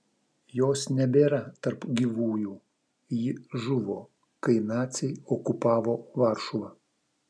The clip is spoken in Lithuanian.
jos nebėra tarp gyvųjų ji žuvo kai naciai okupavo varšuvą